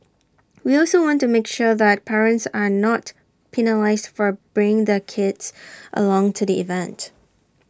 we also want to make sure that parents are not penalised for bringing their kids along to the event